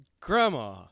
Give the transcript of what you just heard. Grandma